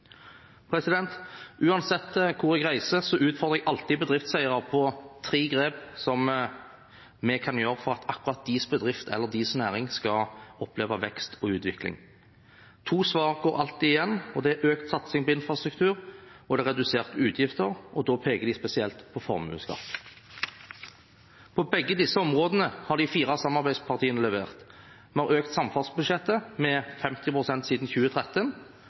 Uansett hvor jeg reiser, utfordrer jeg alltid bedriftseiere på tre grep som vi kan gjøre for at akkurat deres bedrift eller deres næring skal oppleve vekst og utvikling. To svar går alltid igjen. Det er økt satsing på infrastruktur, og det er reduserte utgifter, og da peker de spesielt på formuesskatt. På begge disse områdene har de fire samarbeidspartiene levert. Vi har økt samferdselsbudsjettet med 50 pst. siden 2013,